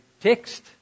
text